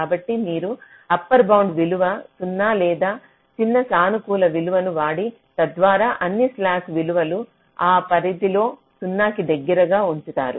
కాబట్టి మీరు upper bound విలువ 0 లేదా చిన్న సానుకూల విలువను వాడి తద్వారా అన్నీ స్లాక్ విలువలు ఆ పరిధిలో 0 కి దగ్గరగా ఉంచుతారు